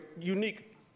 unique